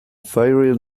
faerie